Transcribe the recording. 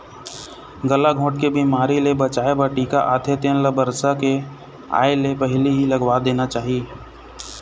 गलाघोंट बिमारी ले बचाए बर टीका आथे तेन ल बरसा के आए ले पहिली लगवा देना चाही